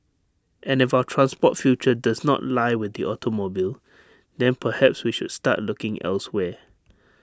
and if our transport future does not lie with the automobile then perhaps we should start looking elsewhere